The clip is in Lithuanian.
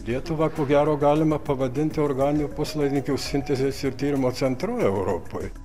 lietuvą ko gero galima pavadinti organinių puslaidininkių sintezės ir tyrimo centru europoj